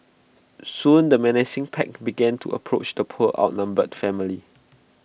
soon the menacing pack began to approach the poor outnumbered family